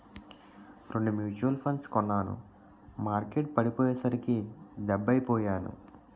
రెండు మ్యూచువల్ ఫండ్లు కొన్నాను మార్కెట్టు పడిపోయ్యేసరికి డెబ్బై పొయ్యాను